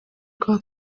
rwa